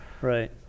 Right